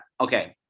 okay